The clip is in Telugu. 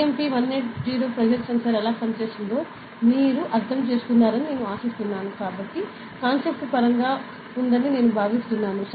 BMP 180 ప్రెజర్ సెన్సార్ ఎలా పనిచేస్తుందో మీరు అర్థం చేసుకున్నారని నేను ఆశిస్తున్నాను మరియు కాన్సెప్ట్ స్పష్టంగా ఉందని నేను భావిస్తున్నాను